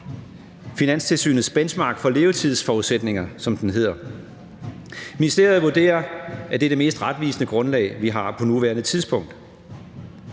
Finanstilsynets Benchmark for levetidsforudsætninger, som den hedder. Ministeriet vurderer, at det er det mest retvisende grundlag, vi har på nuværende tidspunkt.